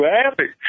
happy